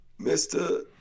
Mr